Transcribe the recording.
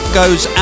goes